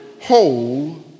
whole